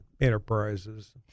enterprises